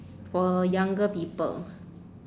for younger people